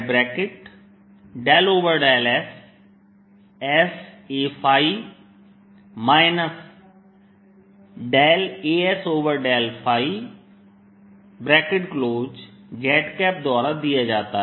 z 1s∂ssA As∂ϕz द्वारा दिया जाता है